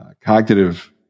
cognitive